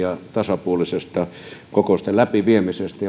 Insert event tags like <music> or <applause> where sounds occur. <unintelligible> ja jäseniä hyvästä ja tasapuolisesta kokousten läpiviemisestä <unintelligible>